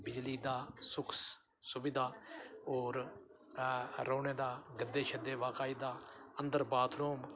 बिज़ली दा सुख सुविधा होर रौह्ने दा गद्दे शद्दे बाकायदा अन्दर बाथरूम